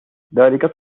ذلك